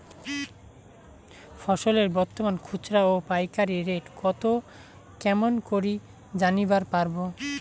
ফসলের বর্তমান খুচরা ও পাইকারি রেট কতো কেমন করি জানিবার পারবো?